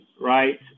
right